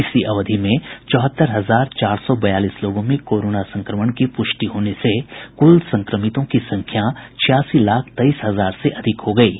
इसी अवधि में चौहत्तर हजार चार सौ बयालीस लोगों में कोरोना संक्रमण की प्रष्टि होने से कुल संक्रमितों की संख्या छियासी लाख तेईस हजार से अधिक हो गई है